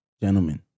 gentlemen